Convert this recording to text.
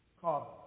carbon